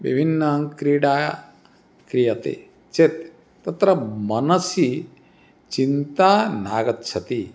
विभिन्न क्रीडा क्रियते चेत् तत्र मनसि चिन्ता नागच्छति